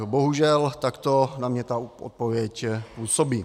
Bohužel takto na mě ta odpověď působí.